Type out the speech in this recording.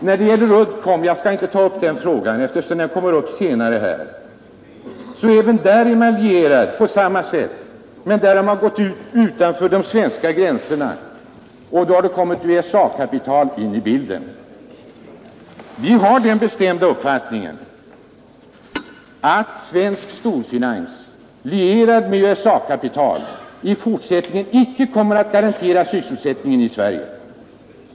När det gäller Uddcomb — jag skall inte gå närmare in på den frågan, eftersom den kommer upp senare i kväll — är man lierad på samma sätt, men där har man gått utanför de svenska gränserna, och då har det kommit USA-kapital in i bilden. Vi har den bestämda uppfattningen att svensk storfinans, lierad med USA-kapital, i fortsättningen icke kommer att garantera sysselsättningen i Sverige.